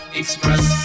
express